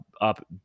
up